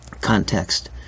context